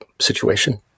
situation